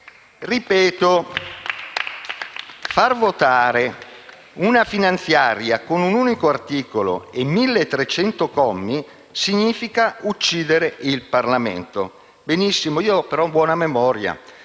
Ripeto: far «votare una finanziaria con un unico articolo e 1.300 commi significa uccidere il Parlamento». Benissimo, io però ho buona memoria: